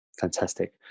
Fantastic